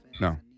No